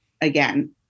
again